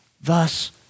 thus